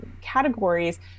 categories